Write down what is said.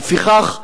ולפיכך,